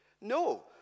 No